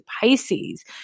Pisces